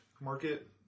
market